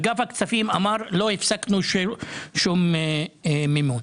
אגף הכספים שלא הפסיקו שום מימון.